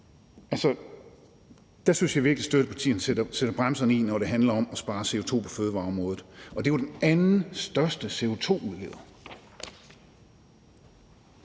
Der synes jeg virkelig, støttepartierne sætter bremsen i, når det handler om at spare CO2 på fødevareområdet, og det er jo den andenstørste CO2-udleder.